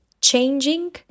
changing